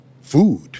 food